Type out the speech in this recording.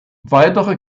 weitere